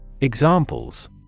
Examples